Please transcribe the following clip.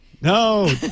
No